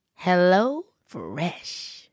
HelloFresh